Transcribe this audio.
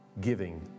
giving